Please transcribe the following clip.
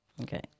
Okay